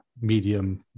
medium